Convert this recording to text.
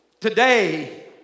Today